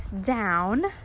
down